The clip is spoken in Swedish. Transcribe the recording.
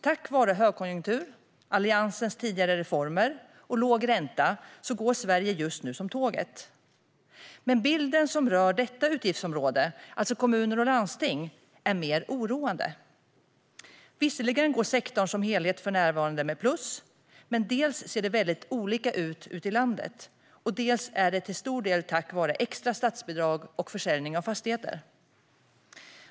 Tack vare högkonjunktur, Alliansens tidigare reformer och låg ränta går Sverige just nu som tåget. Men bilden av detta utgiftsområde, alltså kommuner och landsting, är mer oroande. Visserligen går sektorn som helhet för närvarande med plus, men dels ser det väldigt olika ut i landet, dels är det till stor del tack vare extra statsbidrag och försäljningar av fastigheter.